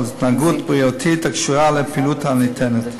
על התנהגות בריאותית הקשורה לפעילות הניתנת.